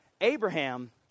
Abraham